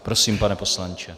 Prosím, pane poslanče.